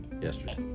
Yesterday